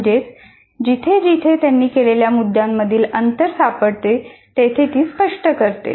म्हणजेच जिथे जिथे त्यांनी केलेल्या मुद्द्यांमधील अंतर सापडते तेथे ती स्पष्ट करते